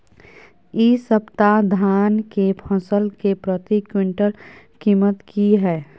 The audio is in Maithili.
इ सप्ताह धान के फसल के प्रति क्विंटल कीमत की हय?